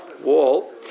wall